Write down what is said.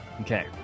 Okay